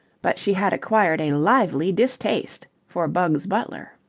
but she had acquired a lively distaste for bugs butler.